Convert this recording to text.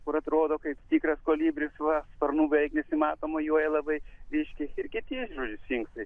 kur atrodo kaip tikras kolibris va sparnų beveik nesimato mojuoja labai reiškias ir kiti žodžiu sfinksai